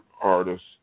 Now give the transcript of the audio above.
artists